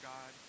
God